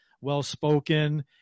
well-spoken